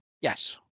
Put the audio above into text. Yes